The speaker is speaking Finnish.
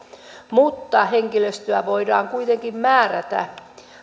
mutta henkilöstöä voidaan kuitenkin määrätä